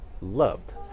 loved